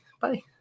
Bye